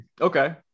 okay